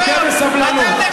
חכה בסבלנות.